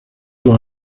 los